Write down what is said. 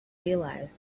realize